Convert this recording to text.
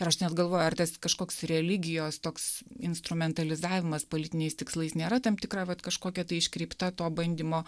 ir aš net galvoju ar tas kažkoks religijos toks instrumentalizavimas politiniais tikslais nėra tam tikrą vat kažkokia tai iškreipta to bandymo